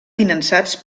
finançats